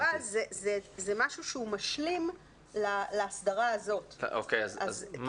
אבל זה משהו משלים להסדרה שמובאת בפנינו.